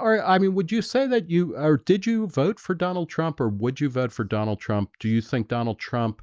or i mean would you say that you or did you vote for donald trump or would you vote for donald trump? do you think donald trump?